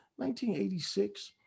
1986